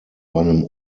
einem